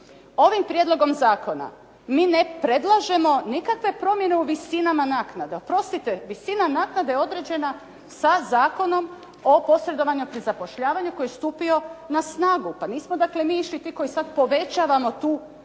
Ovim prijedlogom zakona mi ne predlažemo nikakve promjene u visinama naknada. Oprostite visina naknada je određena sa Zakonom o posredovanju pri zapošljavanju koji je stupio na snagu. Pa nismo dakle, mi išli ti koji sada povećavamo tu visinu